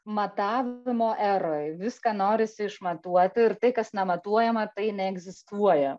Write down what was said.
matavimo eroj viską norisi išmatuoti ir tai kas nematuojama tai neegzistuoja